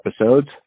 episodes